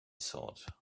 thought